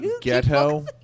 ghetto